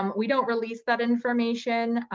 um we don't release that information.